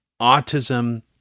autism